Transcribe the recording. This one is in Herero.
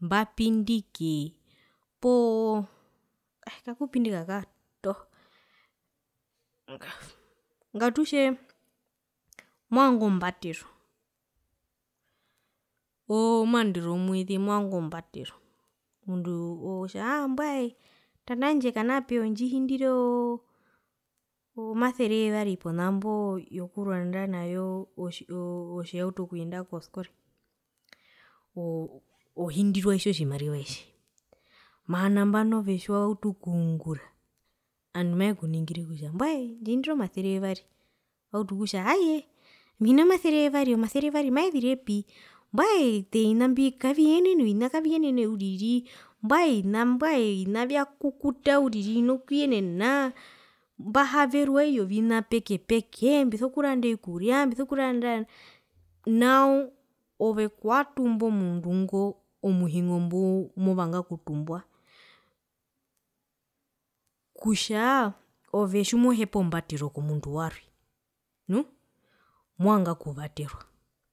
mbapindike poo ae kakupindika kako tog, ngatutje movanga ombatero oo maandero womweze movanga ombatero omundu otja mbwae tanda wandje kana peya ondjihire oo omasere yevari ponambo yokuronda nayo o otjihauto okuyenda koskole o o ohindirwa itjo tjimariva tji mara nambano ove tjiwautu okungura andu mavekuningire kutja tuhindira otjimariva ove wautu okutja aaye hina masere yevari omasere yevari maezirepi mbwae ete ovina mbi kaviyenene ovina kaviyenene uriri mbwae ovina mbwae ovina vyakukuta uriri hina kuyenena mbahaverwa iyo vina peke peke mbiso kuranda ovikuria mbiso kuranda nao ove kwatumba omundu ngo omuhingo mbumovanga okutumbwa kutja ovetjimohepa ombatero komundu warwe nu movanga okuvaterwa.